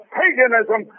paganism